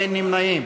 אין נמנעים.